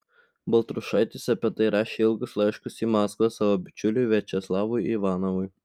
baltrušaitis apie tai rašė ilgus laiškus į maskvą savo bičiuliui viačeslavui ivanovui